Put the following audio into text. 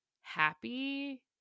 happy